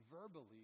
verbally